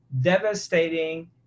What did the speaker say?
devastating